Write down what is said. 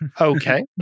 Okay